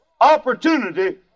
opportunity